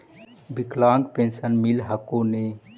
विकलांग पेन्शन मिल हको ने?